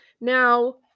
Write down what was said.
now